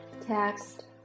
text